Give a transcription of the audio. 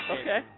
Okay